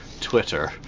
twitter